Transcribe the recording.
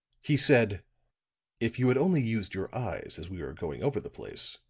he said if you had only used your eyes as we were going over the place,